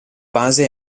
base